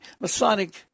Masonic